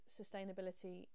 sustainability